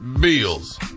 Bills